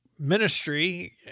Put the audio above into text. ministry